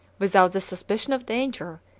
without the suspicion of danger,